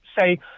say